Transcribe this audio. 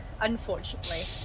unfortunately